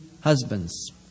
husbands